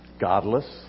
godless